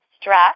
stress